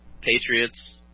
Patriots